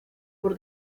por